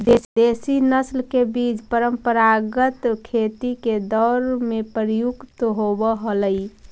देशी नस्ल के बीज परम्परागत खेती के दौर में प्रयुक्त होवऽ हलई